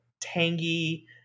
tangy